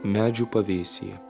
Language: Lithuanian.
medžių pavėsyje